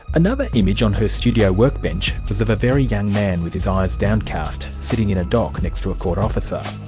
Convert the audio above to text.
another image on her studio workbench was of a very young man with his eyes downcast, sitting in a dock next to a court officer.